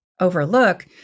overlook